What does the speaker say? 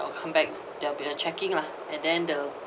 or come back they'll be a checking lah and then the